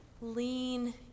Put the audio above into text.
lean